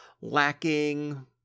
lacking